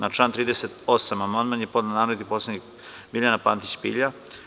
Na član 38. amandman je podnela narodni poslanik Biljana Pantić Pilja.